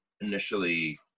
initially